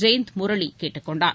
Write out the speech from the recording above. ஜெயந்த் முரளி கேட்டுக் கொண்டார்